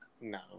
No